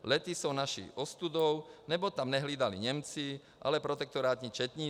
Lety jsou naší ostudou, neboť tam nehlídali Němci, ale protektorátní četníci.